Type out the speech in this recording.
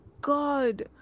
god